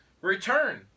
Return